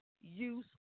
use